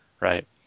right